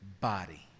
body